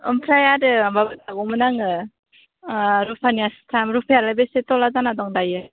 ओमफ्राय आरो माबा लागौमोन आङो रुपानि आस्थाम रुपायालाय बेसे टला जाना दं दायो